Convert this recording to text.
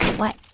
what.